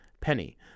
penny